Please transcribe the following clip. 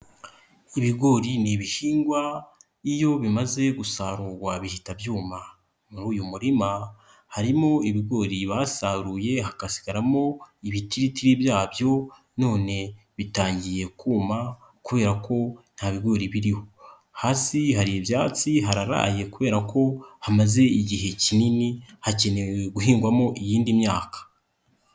Ibigori n'ibihingwa iyo bimaze gusarurwa bihita byuma. Muri uyu murima harimo ibigori basaruye hagasigaramo ibitiritiri byabyo none bitangiye kuma kubera ko nta bigori biriho hasi hari ibyatsi hararaye kubera ko hamaze igihe kinini hakenewe guhingwamo iyindi myaka.